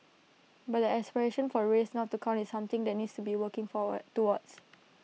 but the aspiration for race not to count is something that needs working forward towards